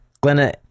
Glenna